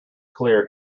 clear